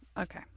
okay